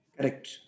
correct